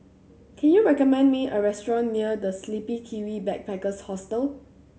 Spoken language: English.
can you recommend me a restaurant near The Sleepy Kiwi Backpackers Hostel